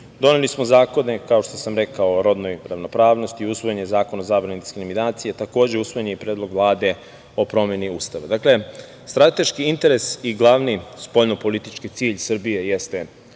unije. Doneli smo zakone, kao što sam rekao, o rodnoj ravnopravnosti, usvojen je Zakon o zabrani diskriminacije, takođe usvojen je i Predlog Vlade o promeni Ustava. Dakle, strateški interes i glavni spoljnopolitički cilj Srbije jeste